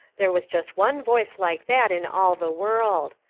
there was just one voice like that in all the world.